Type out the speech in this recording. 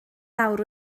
awr